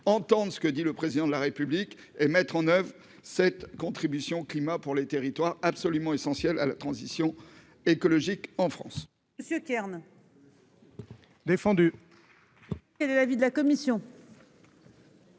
entende ce que dit le Président de la République et mette en oeuvre cette contribution climat pour les territoires absolument essentielle à la transition écologique en France